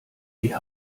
die